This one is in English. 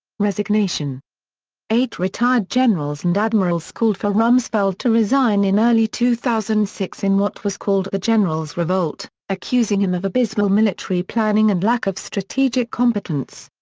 resignation eight retired generals and admirals called for rumsfeld to resign in early two thousand and six in what was called the generals revolt, accusing him of abysmal military planning and lack of strategic competence.